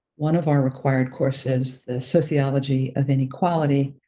one of our required courses, the sociology of inequality,